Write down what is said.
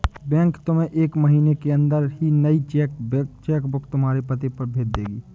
bank तुम्हें एक महीने के अंदर ही नई चेक बुक तुम्हारे पते पर भेज देगी